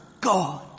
God